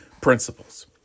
principles